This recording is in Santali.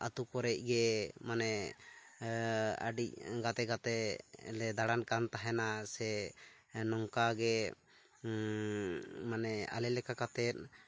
ᱟᱹᱛᱩ ᱠᱚᱨᱮᱫ ᱜᱮ ᱢᱟᱱᱮ ᱟᱹᱰᱤ ᱜᱟᱛᱮ ᱜᱟᱛᱮ ᱞᱮ ᱫᱟᱬᱟᱱ ᱠᱟᱱ ᱛᱟᱦᱮᱱᱟ ᱥᱮ ᱱᱚᱝᱠᱟᱜᱮ ᱢᱟᱱᱮ ᱟᱞᱮ ᱞᱮᱠᱟ ᱠᱟᱛᱮᱫ